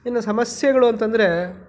ಇನ್ನು ಸಮಸ್ಯೆಗಳು ಅಂತಂದರೆ